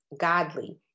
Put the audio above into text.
godly